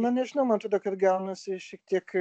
na nežinau man atrodo kad gaunasi šiek tiek